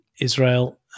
Israel